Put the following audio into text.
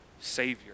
Savior